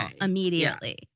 immediately